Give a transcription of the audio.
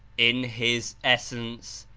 in his essence,